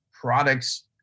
products